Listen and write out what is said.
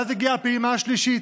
ואז הגיעה הפעימה השלישית,